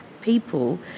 people